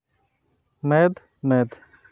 ᱢᱮᱫ ᱢᱮᱫ